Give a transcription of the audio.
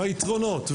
מהיתרונות,